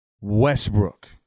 Westbrook